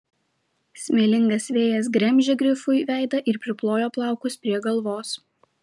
smėlingas vėjas gremžė grifui veidą ir priplojo plaukus prie galvos